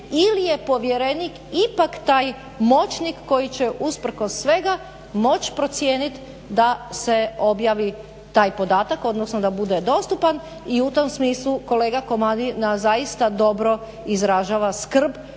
ili je povjerenik ipak taj moćnik koji će usprkos svega moć procijenit da se objavi taj podatak odnosno da bude dostupan i u tom smislu kolega Komadina zaista dobro izražava skrb